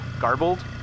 garbled